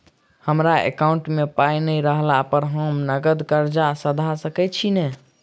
हमरा एकाउंट मे पाई नै रहला पर हम नगद कर्जा सधा सकैत छी नै?